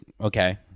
Okay